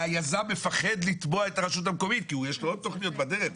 והיזם מפחד לתבוע את הרשות המקומית כי יש לו עוד תכניות בדרך,